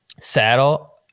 saddle